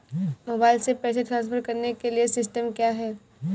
Mobile से पैसे transfer करने के लिए सिस्टम क्या है?